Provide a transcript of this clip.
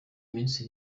minsi